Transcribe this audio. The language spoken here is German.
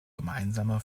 gemeinsame